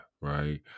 right